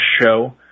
show